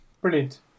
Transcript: Brilliant